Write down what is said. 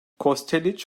kosteliç